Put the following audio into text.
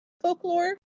folklore